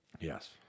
Yes